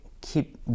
keep